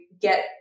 get